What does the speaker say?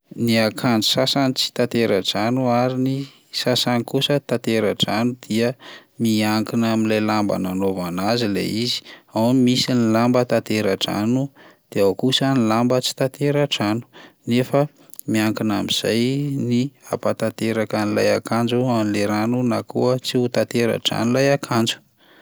Ny akanjo sasany tsy tantera-drano ary ny sasany kosa tantera-drano dia miankina amin'ilay lamba nanaovana azy ilay izy, ao misy ny lamba tantera-drano, de ao kosa ny lamba tsy tantera-drano nefa miankina amin'izay ny hampahatanteraka an'ilay akanjo an'lay rano na koa tsy ho tantera-drano ilay akanjo.